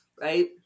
Right